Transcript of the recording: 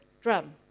drum